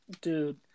Dude